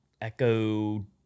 Echo